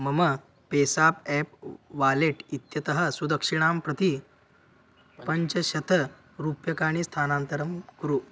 मम PayZapp app wallet इत्यतः सुदक्षिणां प्रति पञ्चशतरूप्यकाणि स्थानान्तरं कुरु